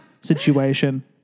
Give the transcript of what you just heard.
situation